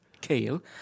Kale